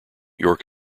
york